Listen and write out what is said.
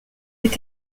est